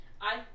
I-